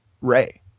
Ray